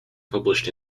published